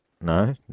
No